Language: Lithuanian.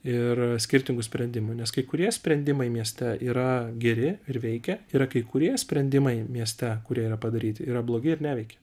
ir skirtingų sprendimų nes kai kurie sprendimai mieste yra geri ir veikia ir kai kurie sprendimai mieste kurie yra padaryti yra blogi ir neveikia